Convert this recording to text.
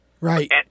right